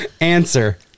Answer